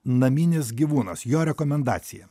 naminis gyvūnas jo rekomendaciją